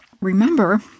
Remember